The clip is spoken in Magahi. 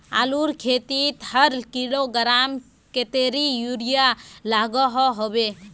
आलूर खेतीत हर किलोग्राम कतेरी यूरिया लागोहो होबे?